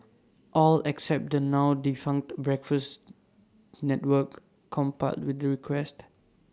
all except the now defunct breakfast network complied with the request